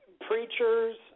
preachers